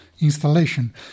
installation